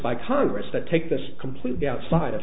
by congress that take this completely outside